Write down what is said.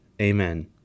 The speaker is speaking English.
Amen